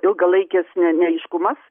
ilgalaikis ne neaiškumas